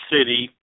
City